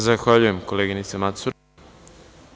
Zahvaljujem, koleginice Macura.